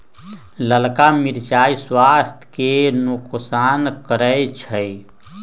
ललका मिरचाइ स्वास्थ्य के नोकसान करै छइ